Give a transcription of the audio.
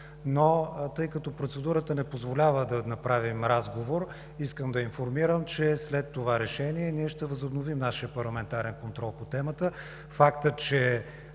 Но тъй като процедурата не позволява да направим разговор, искам да я информирам, че след това решение ние ще възобновим нашия парламентарен контрол по темата.